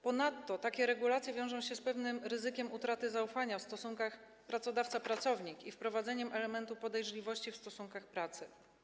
Ponadto takie regulacje wiążą się z pewnym ryzykiem utraty zaufania w stosunkach pracodawca - pracownik i wprowadzeniem elementu podejrzliwości w stosunkach pracy.